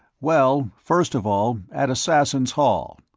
well, first of all, at assassins' hall,